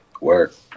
work